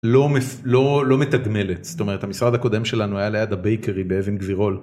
לא מתגמלת, זאת אומרת, המשרד הקודם שלנו היה ליד הבייקרי באבן גבירול.